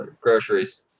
groceries